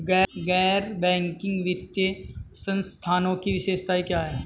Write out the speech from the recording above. गैर बैंकिंग वित्तीय संस्थानों की विशेषताएं क्या हैं?